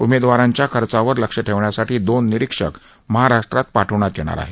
उमेदवारांच्या खर्चावर लक्ष ठेवण्यासाठी दोन निरीक्षक महाराष्ट्रात पाठवण्यात येणार आहे